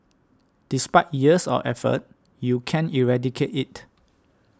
despite years of effort you can't eradicate it